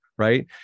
Right